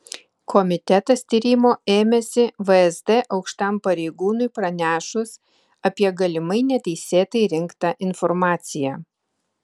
komitetas tyrimo ėmėsi vsd aukštam pareigūnui pranešus apie galimai neteisėtai rinktą informaciją